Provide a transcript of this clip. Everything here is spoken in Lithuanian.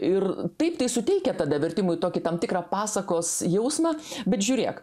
ir taip tai suteikia tada vertimui tokį tam tikrą pasakos jausmą bet žiūrėk